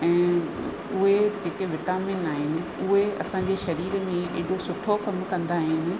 ऐं उहे जेके विटामिन आहिनि उहे असांजे शरीर में एॾो सुठो कमु कंदा आहिनि